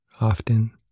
Often